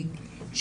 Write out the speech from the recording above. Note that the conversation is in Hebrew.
עם שאילתה,